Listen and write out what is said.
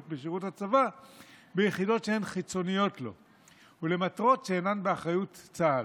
בשירות הצבא ביחידות שהן חיצוניות לו ולמטרות שאינן באחריות צה"ל.